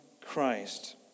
Christ